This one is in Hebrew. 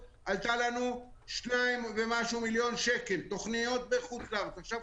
ומסתכלים עלינו בהשתאות תשמעו אתם,